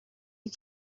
you